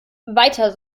weiter